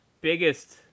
biggest